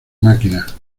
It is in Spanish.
máquinas